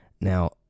Now